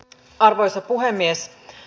arvoisa puhemies